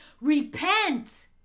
Repent